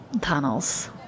tunnels